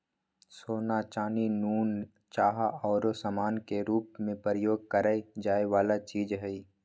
सोना, चानी, नुन, चाह आउरो समान के रूप में प्रयोग करए जाए वला चीज हइ